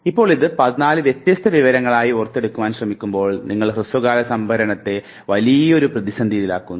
ഇപ്പോൾ ഇത് 14 വ്യത്യസ്ത വിവരങ്ങളായി ഓർത്തെടുക്കുവാൻ ശ്രമിക്കുമ്പോൾ നിങ്ങൾ ഹ്രസ്വകാല സംഭരണത്തെ വലിയൊരു പ്രതിസന്ധിയിലാക്കുന്നു